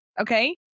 okay